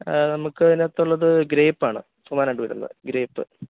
ആ നമുക്ക് അതിനകത്തുള്ളത് ഗ്രേപ്പാണ് പ്രധാനമായിട്ടു വരുന്നത് ഗ്രേപ്പ്